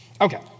Okay